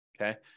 okay